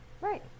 Right